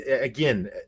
again